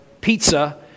pizza